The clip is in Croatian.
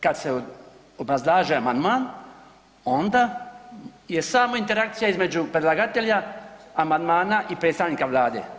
Kad se obrazlaže amandman onda je samo interakcija između predlagatelja amandmana i predstavnika Vlade.